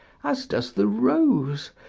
as does the rose,